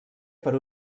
per